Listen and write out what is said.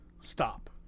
Stop